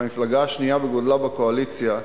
כמפלגה השנייה בגודלה בקואליציה,